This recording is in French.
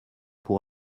pour